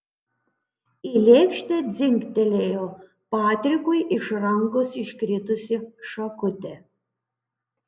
į lėkštę dzingtelėjo patrikui iš rankos iškritusi šakutė